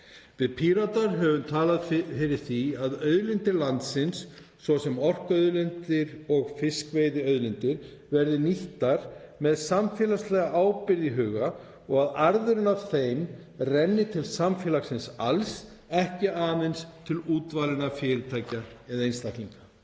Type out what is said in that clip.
Við Píratar höfum talað fyrir því að auðlindir landsins, svo sem orkuauðlindir og fiskveiðiauðlindir, verði nýttar með samfélagslega ábyrgð í huga og að arðurinn af þeim renni til samfélagsins alls, ekki aðeins til útvalinna fyrirtækja eða einstaklinga.